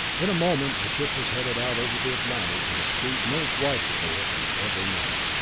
in a moment the ship was headed out over the atlantic at a speed no rifle bullet had ever known.